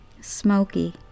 smoky